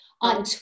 on